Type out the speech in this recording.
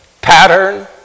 pattern